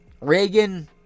Reagan